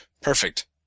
Perfect